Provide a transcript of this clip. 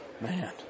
Man